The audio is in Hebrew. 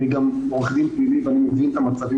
אני גם עורך דין פלילי ואני מבין את המצבים